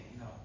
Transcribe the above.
No